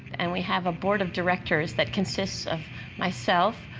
and we have a board of directors that consists of myself,